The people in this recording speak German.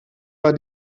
war